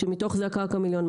כשמתוך זה הקרקע היא 1.2 מיליון.